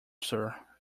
sir